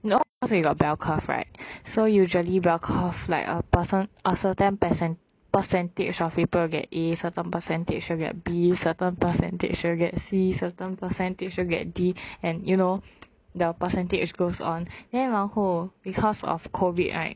you all also you got bell curve right so usually bell curve like a person a certain percent percentage of people will get A certain percentage will get B certain percentage will get C certain percentage will get D and you know the percentage goes on then 然后 because of COVID right